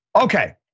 Okay